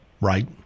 Right